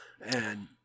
and-